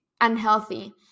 unhealthy